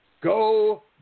Go